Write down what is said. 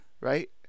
Right